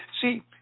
See